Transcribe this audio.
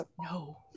No